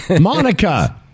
Monica